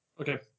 Okay